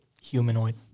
humanoid